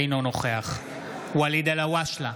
אינו נוכח ואליד אלהואשלה,